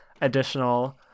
additional